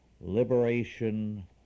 Liberation